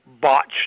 botched